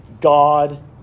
God